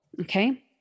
Okay